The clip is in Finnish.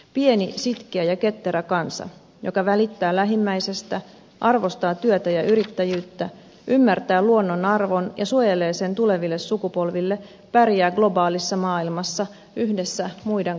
pieni sitkeä ja ketterä kansa joka välittää lähimmäisestä arvostaa työtä ja yrittäjyyttä ymmärtää luonnon arvon ja suojelee sen tuleville sukupolville pärjää globaalissa maailmassa yhdessä muiden kanssa